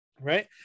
right